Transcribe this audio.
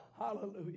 Hallelujah